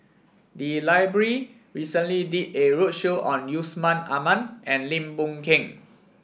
the library recently did a roadshow on Yusman Aman and Lim Boon Keng